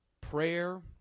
prayer